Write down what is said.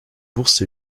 bourse